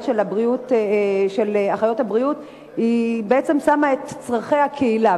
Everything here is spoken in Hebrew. הבריאות בעצם שמה את צורכי הקהילה.